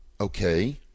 okay